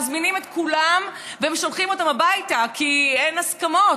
מזמינים את כולם ומשלחים אותם הביתה כי אין הסכמות,